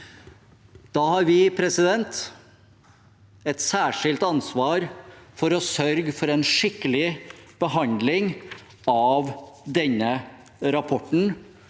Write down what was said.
Da har vi et særskilt ansvar for å sørge for en skikkelig behandling av denne rapporten